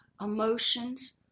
emotions